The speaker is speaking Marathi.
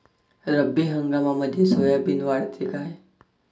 रब्बी हंगामामंदी सोयाबीन वाढते काय?